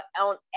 on